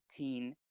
18